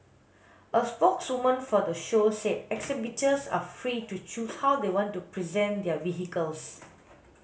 a spokeswoman for the show said exhibitors are free to choose how they want to present their vehicles